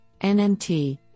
NMT